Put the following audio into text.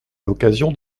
l’occasion